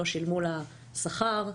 לא שילמו לה שכר בכלל,